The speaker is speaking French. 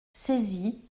saisi